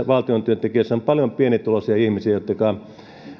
valtion työntekijöissä on paljon pienituloisia ihmisiä joittenka